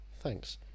Thanks